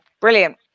brilliant